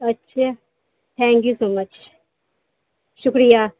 اچھا thank you so much شکریہ